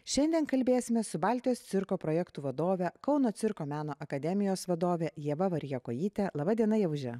šiandien kalbėsime su baltijos cirko projektų vadovė kauno cirko meno akademijos vadove ieva variakojyte laba diena ievuže